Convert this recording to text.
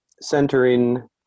centering